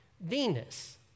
Venus